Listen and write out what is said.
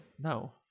No